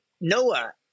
Noah